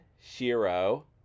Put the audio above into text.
Shiro